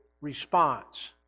response